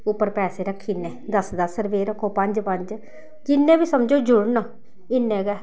उप्पर पैसे रक्खी ओड़ने दस दस रपेऽ रक्खो पंज पंज जिन्ने बी समझो जुड़न इन्ने गै